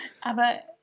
Aber